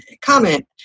comment